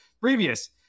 previous